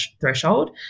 threshold